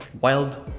wild